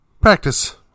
Practice